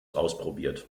ausprobiert